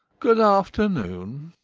good afternoon!